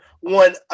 won